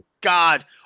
god